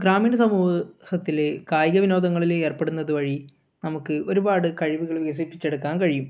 ഗ്രാമീണ സമൂഹത്തിൽ കായിക വിനോദങ്ങളിൽ ഏർപ്പെടുന്നത് വഴി നമുക്ക് ഒരുപാട് കഴിവുകൾ വികസിപ്പിച്ചെടുക്കാൻ കഴിയും